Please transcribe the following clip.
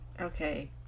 Okay